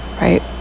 Right